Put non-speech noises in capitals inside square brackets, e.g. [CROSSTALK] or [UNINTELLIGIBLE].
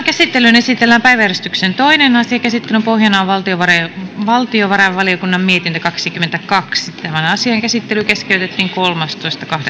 [UNINTELLIGIBLE] käsittelyyn esitellään päiväjärjestyksen toinen asia käsittelyn pohjana on valtiovarainvaliokunnan mietintö kaksikymmentäkaksi asian käsittely keskeytettiin kolmastoista